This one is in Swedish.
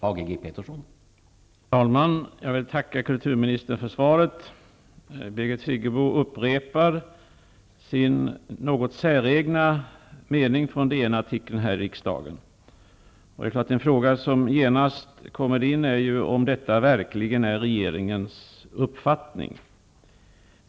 Herr talman! Jag vill tacka kulturministern för svaret. Birgit Friggebo upprepar här i riksdagen sin något säregna mening från DN-artikeln. En fråga som genast infinner sig är naturligtvis om detta verkligen är regeringens uppfattning.